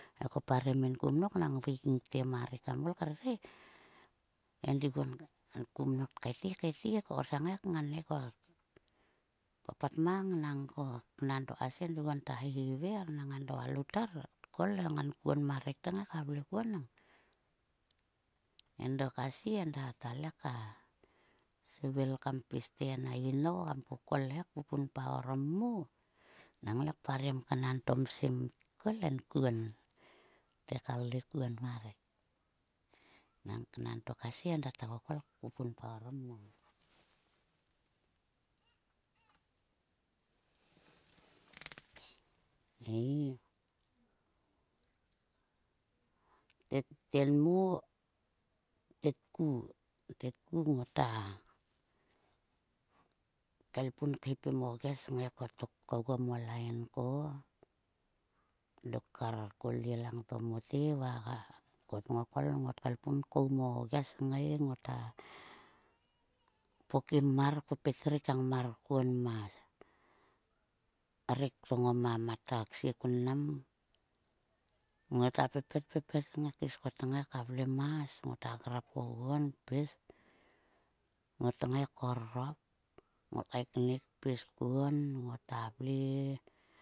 He ko parem min kumnok nang veik ngte ma rek kam ol krere. Endiguon enku mnok tkaeti kaeti. Ko korsang he kngan he koa papat mang nangko, knan to kasie, endi guon ta hihiver. Nang endo alouter tkol. Enkuon ma rek tngai ka vle kuon nang endo kasie enda, ta le ka svil kam pis te en a inou kam kokol he kpupunpa orom mo nang endo kasie enda, ta le ka svil kam pis te en a inou kam kokol he kpupunpa orom mo nang le kparem knan to msim tkol enkuon. Te ka vle kuon ma rek. Nang knan to kasie enda ta kokol kpupunpa orom mo. Ei tet. Tenmo, tetku tetku ngota keipun khipim o ges kngai kotok. Kogue mo lain ko, dok kar ko lyie lang to mote va ko tngokol ngot kaelpun koum o ges kngai ngota, pokim mar, pepet rik ka ngmar kuon ma rek to ngoma mat a ksie kun mnam. Ngota pepet, pepet ngai kaes ko tngai ka vlemas. Ngota grap oguon kpis. Ngot ngai korrop, ngot kaeknik pis kuon. Ngota vle.